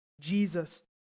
Jesus